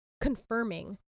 Confirming